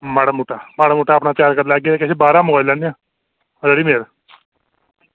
माड़ा मुट्टा माड़ा मुट्टा किश त्यार करी लैगे किश बाहरा मंगाई लैगे रेडीमेड